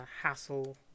Hassle